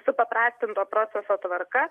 supaprastinto proceso tvarka